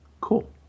Cool